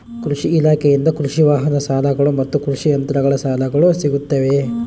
ಕೃಷಿ ಇಲಾಖೆಯಿಂದ ಕೃಷಿ ವಾಹನ ಸಾಲಗಳು ಮತ್ತು ಕೃಷಿ ಯಂತ್ರಗಳ ಸಾಲಗಳು ಸಿಗುತ್ತವೆಯೆ?